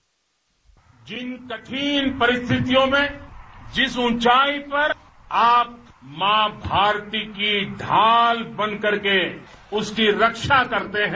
bite जिन कठिन परिस्थियों में जिस ऊंचाई पर आप मां भारती की ढाल बनकर के उसकी रक्षा करते हैं